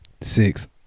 six